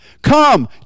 Come